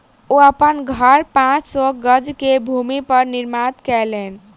ओ अपन घर पांच सौ गज के भूमि पर निर्माण केलैन